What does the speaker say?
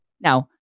Now